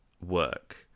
work